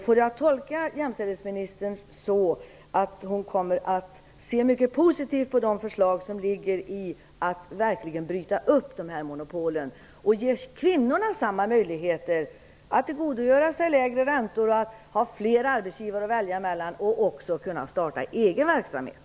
Kan jag tolka jämställdhetsministern så, att hon kommer att se mycket positivt på förslagen om att bryta upp dessa monopol, vilket skulle ge kvinnorna samma möjligheter att tillgodogöra sig lägre räntor, att ha fler arbetsgivare att välja mellan och att kunna starta egen verksamhet?